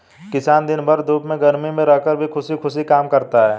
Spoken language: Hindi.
किसान दिन भर धूप में गर्मी में रहकर भी खुशी खुशी काम करता है